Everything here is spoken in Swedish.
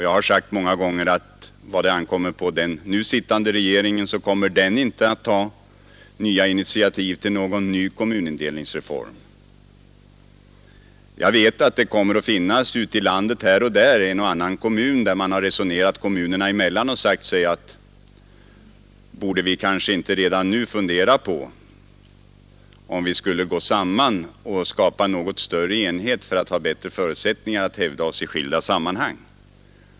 Jag har sagt många gånger att vad ankommer på den nu sittande regeringen blir det inga initiativ till en ny kommunindelningsreform. Jag vet att här och där ute i landet har kommuner resonerat sinsemellan och sagt att man kanske redan nu skulle fundera på att gå samman och skapa något större enheter för att ha bättre förutsättningar Nr 84 att hävda sig i skilda sammanhang.